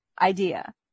idea